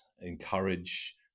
encourage